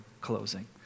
closing